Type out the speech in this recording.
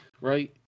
right